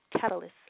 catalyst